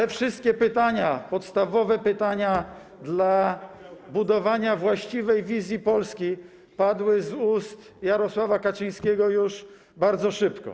Te wszystkie pytania, podstawowe pytania dla budowania właściwej wizji Polski padły z ust Jarosława Kaczyńskiego już bardzo szybko.